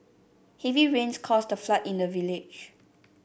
heavy rains caused a flood in the village